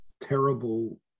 terrible